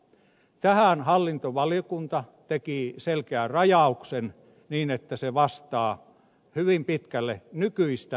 tähän hallintovaliokunta teki selkeän rajauksen niin että se vastaa hyvin pitkälle nykyistä oikeuskäytäntöä